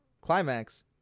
climax